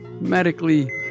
medically